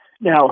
Now